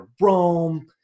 Rome